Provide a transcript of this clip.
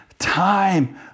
time